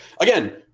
Again